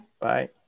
Bye